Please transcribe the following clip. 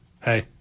hey